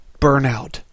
burnout